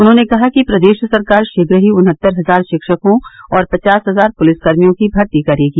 उन्होंने कहा कि प्रदेश सरकार शीघ्र ही उन्हत्तर हजार शिक्षकों और पचास हजार पुलिस कर्मियों की भर्ती करेगी